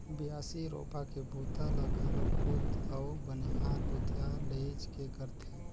बियासी, रोपा के बूता ल घलो खुद अउ बनिहार भूथिहार लेइज के करथे